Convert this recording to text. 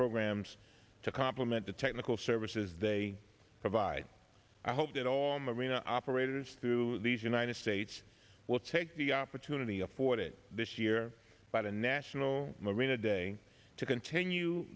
programs to complement the technical services they provide i hope that all marine operators through these united states will take the fortunately afford it this year but a national marine to continue